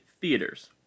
theaters